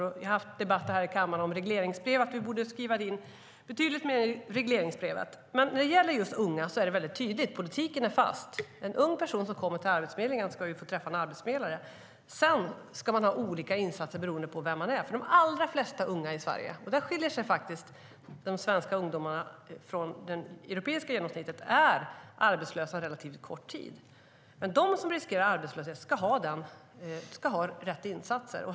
Vi har haft debatter här i kammaren om regleringsbrevet och att vi borde skriva in betydligt mer där. När det gäller just unga är det väldigt tydligt, och politiken är fast. En ung person som kommer till Arbetsförmedlingen ska få träffa en arbetsförmedlare. Sedan ska man ha olika insatser beroende på vem man är. De allra flesta unga i Sverige - och där skiljer sig faktiskt de svenska ungdomarna från det europeiska genomsnittet - är arbetslösa relativt kort tid. Men de som riskerar arbetslöshet ska ha rätt insatser.